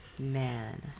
man